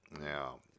Now